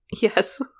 Yes